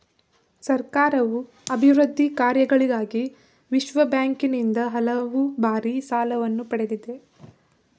ಸರ್ಕಾರವು ಅಭಿವೃದ್ಧಿ ಕಾರ್ಯಗಳಿಗಾಗಿ ವಿಶ್ವಬ್ಯಾಂಕಿನಿಂದ ಹಲವು ಬಾರಿ ಸಾಲವನ್ನು ಪಡೆದಿದೆ